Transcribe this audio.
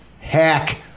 hack